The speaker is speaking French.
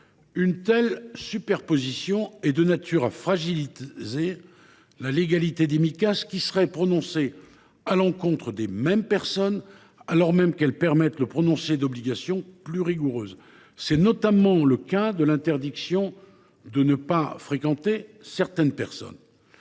Une telle superposition serait de nature à fragiliser la légalité des Micas qui seraient prononcées à l’encontre des mêmes personnes, alors que les Micas permettent de prononcer des obligations plus rigoureuses. C’est notamment le cas de l’interdiction de fréquenter certaines personnes.